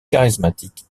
charismatique